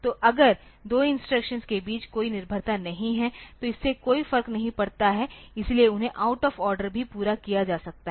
तो अगर दो इंस्ट्रक्शंस के बीच कोई निर्भरता नहीं है तो इससे कोई फर्क नहीं पड़ता है इसलिए उन्हें आउट ऑफ़ ऑर्डर भी पूरा किया जा सकता है